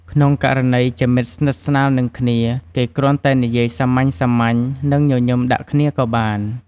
ក្នុងករណីជាមិត្តស្និទ្ធស្នាលនឹងគ្នា គេគ្រាន់តែនិយាយសាមញ្ញៗ និងញញឹមដាក់គ្នាក៏បាន។